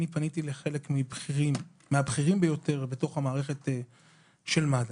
אני פניתי לחלק מהבכירים ביותר במערכת של מד"א,